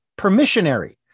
permissionary